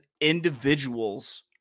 individuals